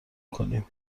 کنیم